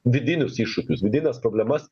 vidinius iššūkius vidines problemas